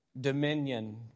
dominion